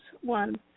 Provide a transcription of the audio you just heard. One